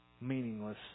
meaningless